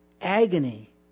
agony